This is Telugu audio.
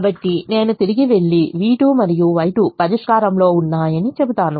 కాబట్టి నేను తిరిగి వెళ్లి v2 మరియు Y2 పరిష్కారంలో ఉన్నాయని చెబుతాను